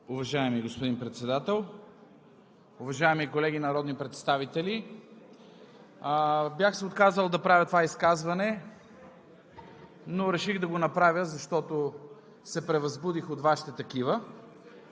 Уважаеми господин Председател, уважаеми колеги народни представители! Бях се отказал да правя това изказване, но реших да го направя, защото се превъзбудих от Вашите такива.